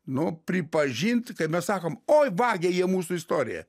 nu pripažint kai mes sakome oi vagia jie mūsų istoriją